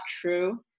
true